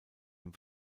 ihm